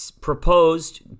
proposed